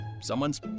Someone's